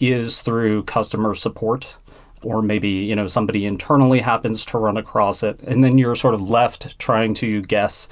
is through customer support or maybe you know somebody internally happens to run across it and then you're sort of left trying to guess